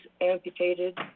amputated